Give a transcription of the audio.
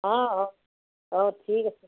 অঁ অঁ অঁ ঠিক আছে